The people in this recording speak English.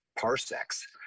parsecs